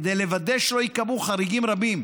כדי לוודא שלא ייקבעו חריגים רבים,